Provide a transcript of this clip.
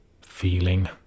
feeling